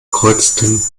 kreuzten